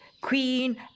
Queen